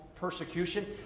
persecution